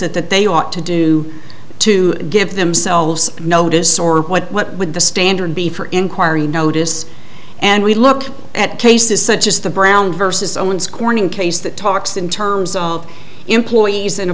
it that they ought to to do give themselves notice or what would the standard be for inquiry notice and we look at cases such as the brown versus owens corning case that talks in terms of employees in a